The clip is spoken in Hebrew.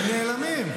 הם נעלמים.